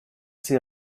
ces